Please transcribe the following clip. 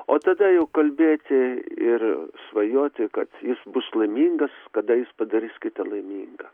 o tada jau kalbėti ir svajoti kad jis bus laimingas kada jis padarys kitą laimingą